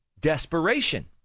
desperation